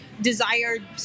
Desired